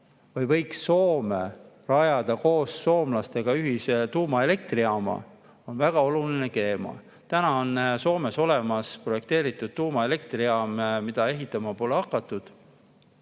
võiks Soome rajada koos soomlastega ühise tuumaelektrijaama, on väga oluline. Soomes on projekteeritud tuumaelektrijaam, mida ehitama pole hakatud.